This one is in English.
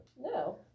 No